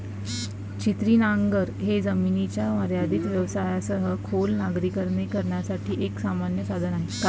छिन्नी नांगर हे जमिनीच्या मर्यादित व्यत्ययासह खोल नांगरणी करण्यासाठी एक सामान्य साधन आहे